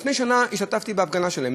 לפני שנה השתתפתי בהפגנה שלהן,